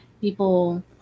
people